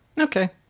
Okay